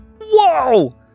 Whoa